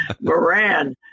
Moran